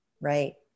right